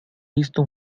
visto